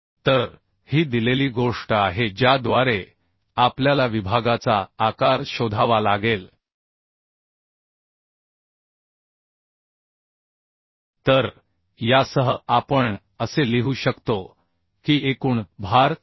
तर ही दिलेली गोष्ट आहे ज्याद्वारे आपल्याला विभागाचा आकार शोधावा लागेल तर यासह आपण असे लिहू शकतो की एकूण भार 4